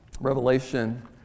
Revelation